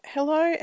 Hello